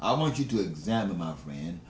i want you to examine my friend